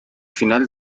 final